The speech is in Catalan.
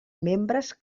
membres